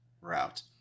route